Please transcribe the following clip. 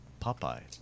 Popeye